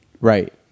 right